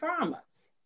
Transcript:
traumas